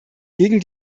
gegen